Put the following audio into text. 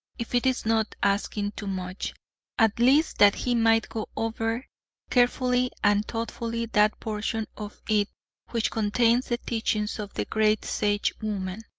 if it is not asking too much at least that he might go over carefully and thoughtfully that portion of it which contains the teachings of the great sagewoman.